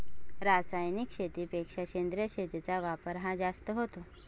रासायनिक शेतीपेक्षा सेंद्रिय शेतीचा वापर हा जास्त होतो